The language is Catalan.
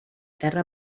terra